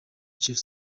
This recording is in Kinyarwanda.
chief